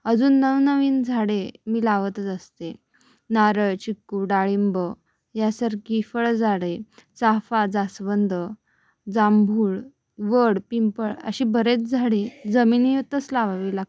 अजून नवनवीन झाडे मी लावतच असते नारळ चिक्कू डाळिंब यासारखी फळझाडे चाफा जास्वंद जांभूळ वड पिंपळ अशी बरेच झाडे जमिनीतच लावावी लागतात